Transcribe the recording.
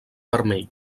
vermell